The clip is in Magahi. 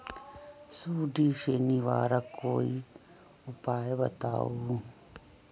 सुडी से निवारक कोई उपाय बताऊँ?